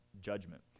Judgment